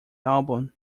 album